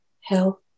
health